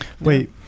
wait